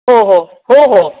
हो हो हो हो